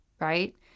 right